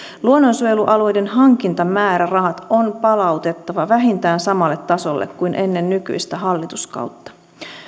luonnonsuojelualueiden hankintamäärärahat on palautettava vähintään samalle tasolle kuin ennen nykyistä hallituskautta